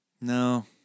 No